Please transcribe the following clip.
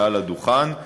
מעל הדוכן,